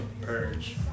purge